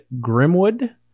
Grimwood